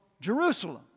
Jerusalem